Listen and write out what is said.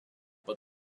but